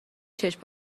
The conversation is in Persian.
چشم